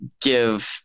give